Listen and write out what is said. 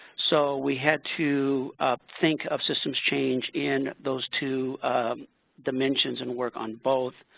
so, we had to think of systems change in those two dimensions and work on both.